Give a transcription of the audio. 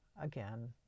again